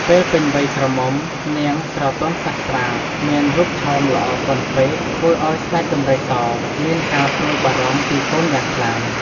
ពេលពេញវ័យក្រមុំនាងស្រទន់សាស្ត្រាមានរូបឆោមល្អពន់ពេកធ្វើឱ្យស្តេចដំរីស មានការព្រួយបារម្ភពីកូនយ៉ាងខ្លាំង ។